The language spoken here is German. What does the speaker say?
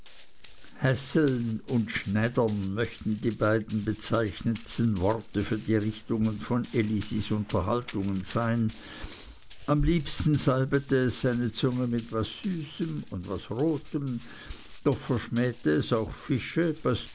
hässeln und schnädern möchten die beiden bezeichnendsten worte für die richtungen von elisis unterhaltungen sein am liebsten salbete es seine zunge mit was süßem und was rotem doch verschmähete es auch fische